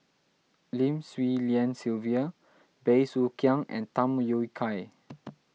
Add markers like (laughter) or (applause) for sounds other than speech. Lim Swee Lian Sylvia Bey Soo Khiang and Tham Yui Kai (noise)